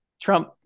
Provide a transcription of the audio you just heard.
Trump